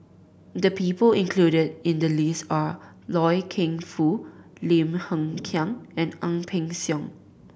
the people included in the list are Loy Keng Foo Lim Hng Kiang and Ang Peng Siong